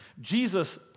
Jesus